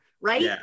right